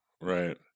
Right